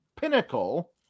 pinnacle